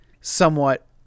somewhat